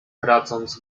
tracąc